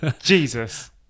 Jesus